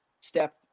step